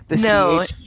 no